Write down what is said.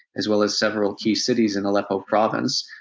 as well as several key cities in aleppo province.